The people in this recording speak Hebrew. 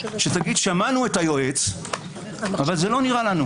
שתגיד: שמענו את היועץ אבל זה לא נראה לנו.